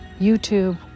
youtube